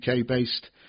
UK-based